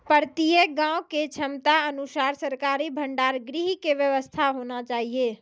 प्रत्येक गाँव के क्षमता अनुसार सरकारी भंडार गृह के व्यवस्था होना चाहिए?